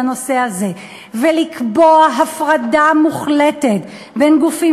בנושא הזה ולקבוע הפרדה מוחלטת בין גופים